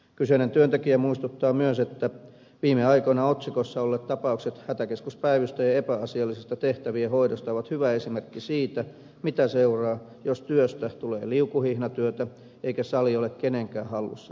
kyseinen työntekijä muistuttaa myös että viime aikoina otsikoissa olleet tapaukset hätäkeskuspäivystäjien epäasiallisesta tehtävien hoidosta ovat hyvä esimerkki siitä mitä seuraa jos työstä tulee liukuhihnatyötä eikä sali ole kenenkään hallussa työnjohdollisesti